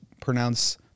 pronounce